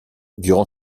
durant